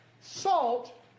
Salt